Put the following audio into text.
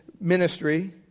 ministry